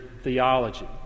theology